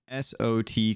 SOT